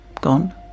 gone